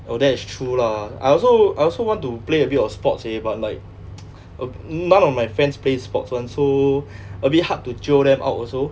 oh that is true lah I also I also want to play a bit of sports eh but like um none of my friends play sports [one] so a bit hard to jio them out also